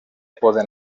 poden